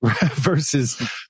versus